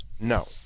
no